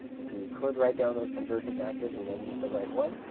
and so you could write down those conversion factors and then use the right one,